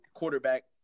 quarterback